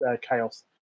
chaos